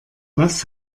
was